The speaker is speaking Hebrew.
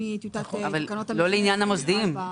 אבל לא לעניין המוסדיים.